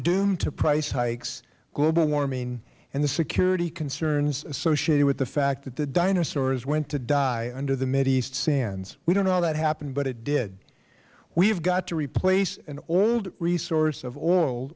doomed to price hikes global warming and the security concerns associated with the fact that the dinosaurs went to die under the mideast sands we don't know how it happened but it did we have got to replace an old resource of oil